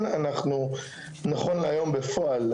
כן אנחנו נכון להיום, בפועל.